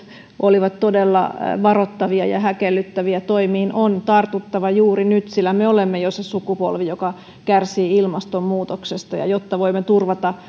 olivat todella varoittavia ja häkellyttäviä toimiin on tartuttava juuri nyt sillä me olemme jo se sukupolvi joka kärsii ilmastonmuutoksesta ja jotta voimme turvata